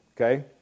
okay